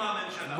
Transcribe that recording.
אמרה הממשלה.